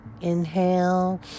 inhale